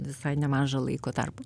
visai nemažą laiko tarpą